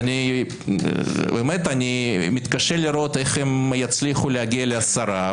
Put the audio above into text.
אני מתקשה לראות איך הם יצליחו להגיע לעשרה.